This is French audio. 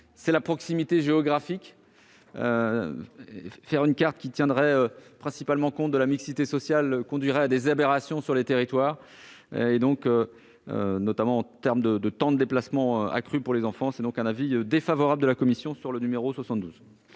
est la proximité géographique. Faire une carte qui tiendrait principalement compte de la mixité sociale conduirait à des aberrations sur les territoires, notamment en termes de déplacement pour les enfants. Par conséquent, l'avis de la commission est défavorable